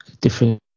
different